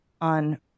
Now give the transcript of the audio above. on